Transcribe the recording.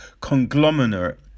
conglomerate